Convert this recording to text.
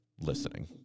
listening